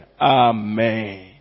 Amen